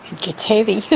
gets heavy.